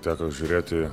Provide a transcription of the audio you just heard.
teko žiūrėti